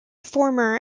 former